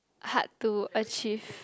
hard to achieve